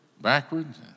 backwards